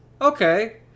okay